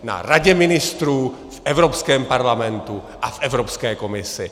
Na Radě ministrů, v Evropském parlamentu a v Evropské komisi.